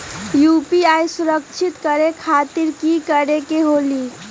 UPI सुरक्षित करे खातिर कि करे के होलि?